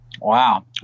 Wow